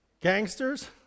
gangsters